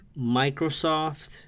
Microsoft